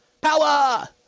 Power